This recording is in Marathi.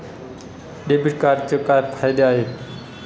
डेबिट कार्डचे काय फायदे आहेत?